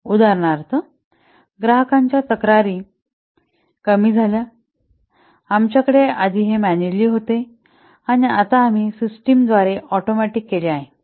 उदाहरणार्थ ग्राहकांच्या तक्रारी कमी झाल्या आमच्याकडे आधी हे मॅन्युअली होते आणि आता आम्ही सिस्टमद्वारे ऑटोमॅटिक केले आहे